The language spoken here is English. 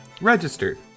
Registered